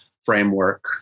framework